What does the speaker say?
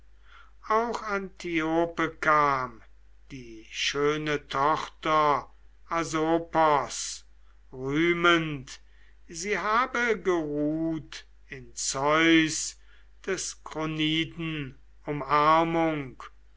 auch antiope kam die schöne tochter asopos rühmend sie habe geruht in zeus des kroniden umarmung